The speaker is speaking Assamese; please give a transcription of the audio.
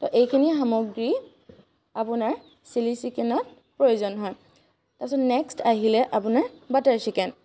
তো এইখিনি সামগ্ৰী আপোনাৰ চিলি চিকেনত প্ৰয়োজন হয় তাৰপিছত নেক্সট আহিলে আপোনাৰ বাটাৰ চিকেন